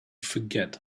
forget